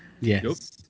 Yes